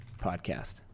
podcast